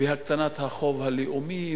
והקטנת החוב הלאומי,